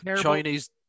Chinese